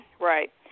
right